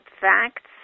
facts